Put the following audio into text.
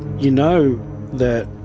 you know that